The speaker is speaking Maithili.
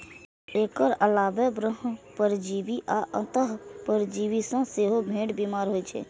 एकर अलावे बाह्य परजीवी आ अंतः परजीवी सं सेहो भेड़ बीमार होइ छै